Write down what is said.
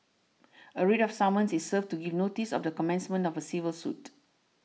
a writ of summons is served to give notice of the commencement of a civil suit